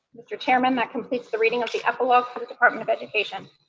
mr. chairman, that completes the reading of the epilogue for the department of education.